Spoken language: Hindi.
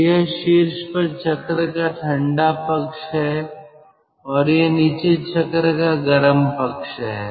तो यह शीर्ष पर चक्र का ठंडा पक्ष है और यह नीचे चक्र का गर्म पक्ष है